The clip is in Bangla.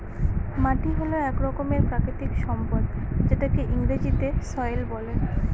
মাটি হল এক রকমের প্রাকৃতিক সম্পদ যেটাকে ইংরেজিতে সয়েল বলে